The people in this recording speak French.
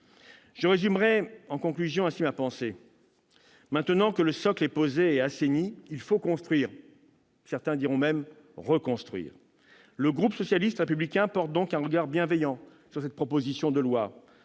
Je résumerai ainsi ma pensée. Maintenant que le socle est posé et assaini, il faut construire- certains diront même « reconstruire ». Le groupe socialiste et républicain porte donc un regard bienveillant sur cette proposition de loi.